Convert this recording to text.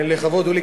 לכבוד הוא לי.